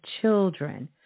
children